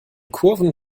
kurven